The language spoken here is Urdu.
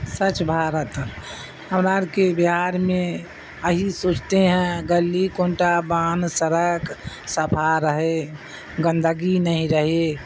سوچھ بھارت ہم آر کے بہار میں یہ سوچتے ہیں گلی کنٹا باندھ سڑک صفا رہے گندگی نہیں رہے